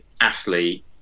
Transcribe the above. athlete